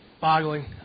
boggling